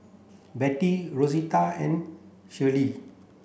Bettie Rosita and Shirlee